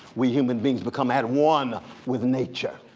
we human beings become at one with nature.